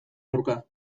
aurka